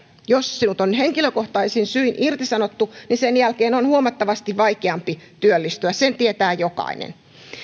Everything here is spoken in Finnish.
jos sinut on henkilökohtaisin syin irtisanottu sen jälkeen on huomattavasti vaikeampi työllistyä sen tietää jokainen